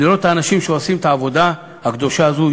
לראות את האנשים שעושים את העבודה הקדושה הזו,